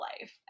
life